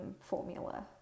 formula